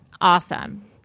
Awesome